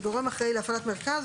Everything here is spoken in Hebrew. (6)גורם אחראי להפעלת מרכז,